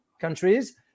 countries